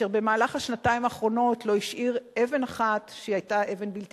אשר במהלך השנתיים האחרונות לא השאיר אבן אחת בלתי